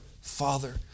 Father